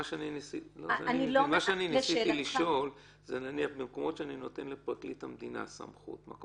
מה שאני ניסיתי לשאול זה לגבי מקומות שאני נותן סמכות לפרקליט המדינה או